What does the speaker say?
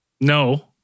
No